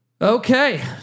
Okay